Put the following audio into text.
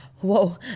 Whoa